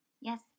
Yes